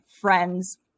friends